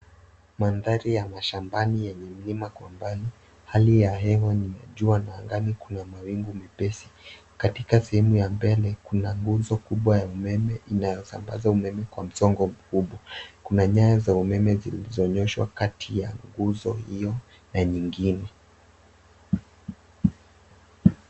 Mandhari ya mashambani yenye mlima kwa mbali. Hali ya hewa ni ya jua na angani kuna mawingu mepesi. Katika sehemu ya mbele kuna nguzo kubwa ya umeme inayosambaza umeme kwa msongo mkubwa. Kuna nyayo za umeme zilizoonyeshwa kati ya nguzo hiyo na nyingine.